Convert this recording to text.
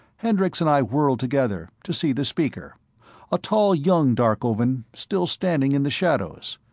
kendricks and i whirled together, to see the speaker a tall young darkovan, still standing in the shadows.